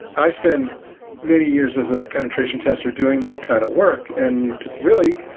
i spend many years as a penetration tester doing this kind of work, and really,